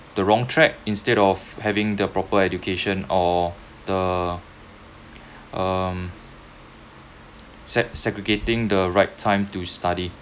the wrong track instead of having the proper education or the um seg~ segregating the right time to study